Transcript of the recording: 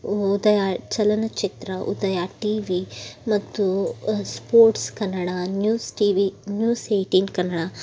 ಉದಯ ಚಲನಚಿತ್ರ Udaya T V ಮತ್ತು sports Kannada news T V news eighteen Kannada